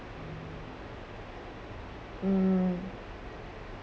mm